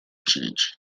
change